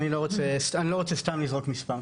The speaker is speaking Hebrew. אני לא יודע ואני לא רוצה סתם לזרוק מספר.